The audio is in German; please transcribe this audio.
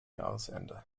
jahresende